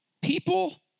People